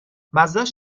مزهاش